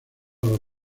los